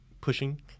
pushing